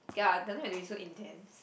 ya I definitely have to be so intense